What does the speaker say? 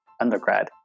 undergrad